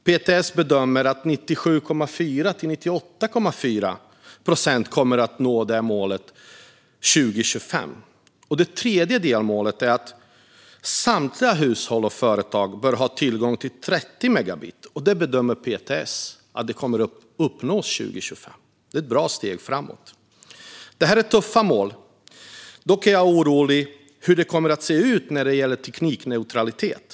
PTS bedömer att 97,4-98,4 procent kommer att nå detta mål till 2025. Det tredje delmålet är att samtliga hushåll och företag bör ha tillgång till 30 megabit, vilket PTS bedömer kommer att uppnås till 2025. Det är ett bra steg framåt. Detta är tuffa mål. Dock är jag orolig för hur det kommer se ut när det gäller teknikneutralitet.